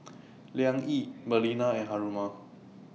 Liang Yi Balina and Haruma